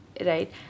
Right